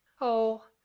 Oh